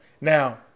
Now